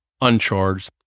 uncharged